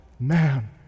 man